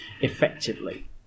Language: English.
effectively